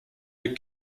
les